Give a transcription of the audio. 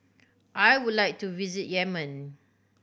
I would like to visit Yemen